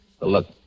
Look